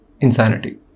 insanity